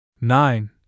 Nine